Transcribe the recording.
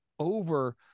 Over